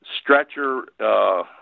stretcher